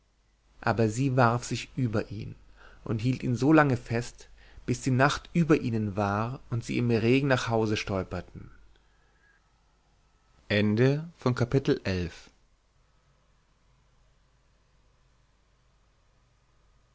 aber sie warf sich über ihn und hielt ihn so lange fest bis die nacht über ihnen war und sie im regen nach hause stolperten